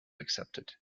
accepted